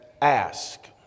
ask